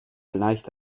gleicht